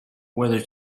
whether